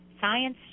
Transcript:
science